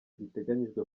giteganyijwe